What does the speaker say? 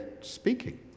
speaking